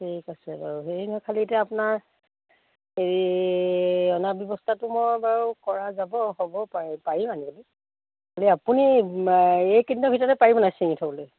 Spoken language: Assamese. ঠিক আছে বাৰু হেৰি নহয় খালী এতিয়া আপোনাৰ হেৰি অনা ব্যৱস্থাটো মই বাৰু কৰা যাব হ'ব পাৰি পাৰি আনিব আপুনি এইকেইদিনৰ ভিতৰতে পাৰিব নাই ছিঙি থ'বলৈ